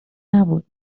نبود